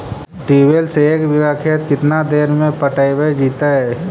Tubewell से एक बिघा खेत केतना देर में पटैबए जितै?